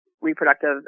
Reproductive